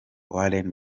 warren